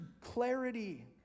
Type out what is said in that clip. clarity